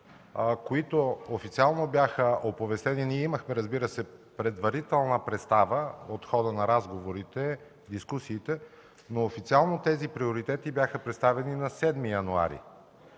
които официално бяха оповестени. Ние имахме предварителна представа от хода на разговорите, но официално тези приоритети бяха представени на 7 януари